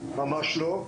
ממש לא,